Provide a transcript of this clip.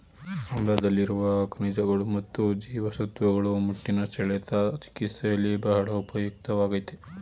ಆಮ್ಲಾದಲ್ಲಿರುವ ಖನಿಜಗಳು ಮತ್ತು ಜೀವಸತ್ವಗಳು ಮುಟ್ಟಿನ ಸೆಳೆತ ಚಿಕಿತ್ಸೆಯಲ್ಲಿ ಬಹಳ ಉಪಯುಕ್ತವಾಗಯ್ತೆ